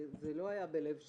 זה לא היה בלב שלם.